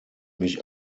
mich